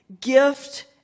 gift